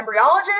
embryologist